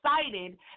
excited